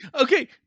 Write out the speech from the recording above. okay